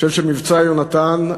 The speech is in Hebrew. אני חושב ש"מבצע יונתן"